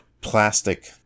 Plastic